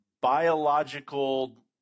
biological